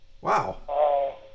Wow